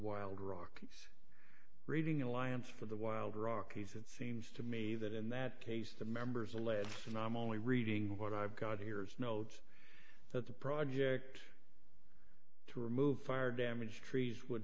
wild rockies reading alliance for the wild rockies it seems to me that in that case the members alleged and i'm only reading what i've got here is notes that the project to remove fire damaged trees would